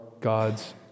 God's